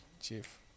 Chief